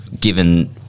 given